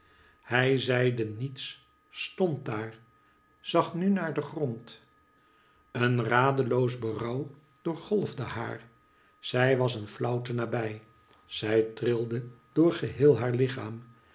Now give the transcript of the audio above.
hij zeide niets stond daar zag nu naar den grond een radeloos berouw doorgolfde haar zij was een flauwte nabij zij trilde door geheel haar lichaam